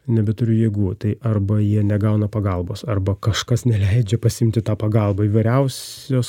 nebeturiu jėgų tai arba jie negauna pagalbos arba kažkas neleidžia pasiimti tą pagalbą įvairiausios